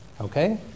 okay